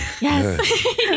yes